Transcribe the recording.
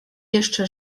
jeszcze